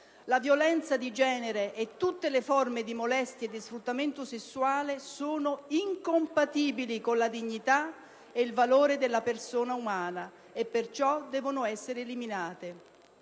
«La violenza di genere e tutte le forme di molestia e sfruttamento sessuale sono incompatibili con la dignità ed il valore della persona umana e perciò devono essere eliminate».